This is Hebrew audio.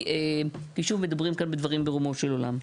כי שוב, מדברים כאן בדברים ברומו של עולם.